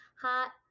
Hot